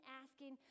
asking